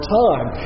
time